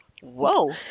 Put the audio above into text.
Whoa